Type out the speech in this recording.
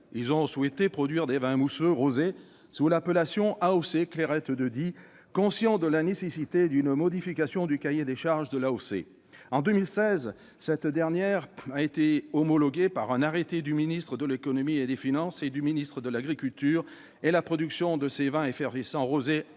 Ils ont souhaité produire des vins mousseux « rosés » sous appellation « AOC Clairette de Die », conscients de la nécessité d'une modification du cahier des charges de l'AOC. En 2016, cette dernière a été homologuée par un arrêté du ministre de l'économie et des finances et du ministre de l'agriculture et la production de ces vins effervescents rosés a donc